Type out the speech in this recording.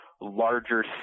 larger